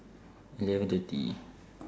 eleven thirty